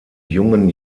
jungen